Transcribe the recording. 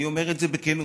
אני אומר את זה בכנות,